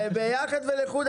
בחשבון ביחד ולחוד,